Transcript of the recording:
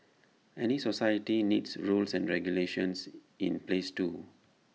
any society needs rules and regulations in place too